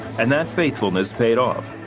and that faithfulness paid off.